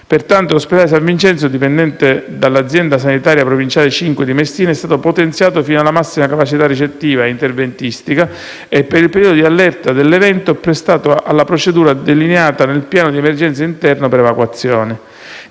anti G7. Esso pertanto, dipendente dall'azienda sanitaria provinciale n. 5 di Messina, è stato potenziato fino alla massima capacità ricettiva e interventistica e, per il periodo d'allerta dell'evento, apprestato anche alla procedura delineata nel piano di emergenza interno per evacuazione.